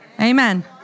Amen